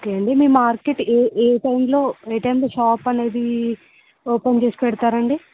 okay అండి మీ market ఏ ఏ టైంలో ఏ టైంలో షాపు అనేది ఓపెన్ చేసి పెడతారండి